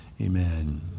Amen